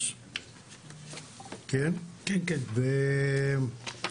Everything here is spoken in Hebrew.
בסך הכל,